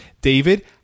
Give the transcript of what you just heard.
David